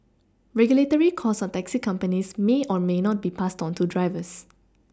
regulatory costs on taxi companies may or may not be passed onto drivers